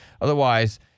otherwise